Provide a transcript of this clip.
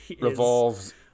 Revolves